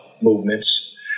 movements